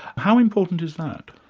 how important is that?